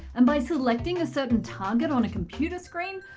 and by selecting a certain target on a computer screen,